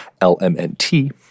L-M-N-T